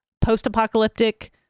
post-apocalyptic